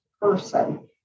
person